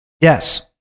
Yes